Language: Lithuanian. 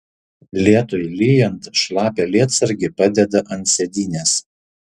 lietui lyjant šlapią lietsargį padeda ant sėdynės